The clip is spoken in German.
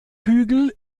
hügel